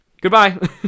Goodbye